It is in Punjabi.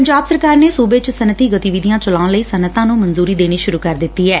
ਪੰਜਾਬ ਸਰਕਾਰ ਨੇ ਸੁਬੇ ਚ ਸੱਨਅਤੀ ਗਤੀਵਿਧੀਆਂ ਚਲਾਉਣ ਲਈ ਸੱਨਅਤਾਂ ਨੂੰ ਮਨਜੁਰੀ ਦੇਣੀ ਸੁਰੂ ਕਰ ਦਿੱਡੀ ਐ